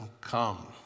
come